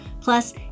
Plus